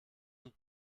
und